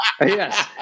Yes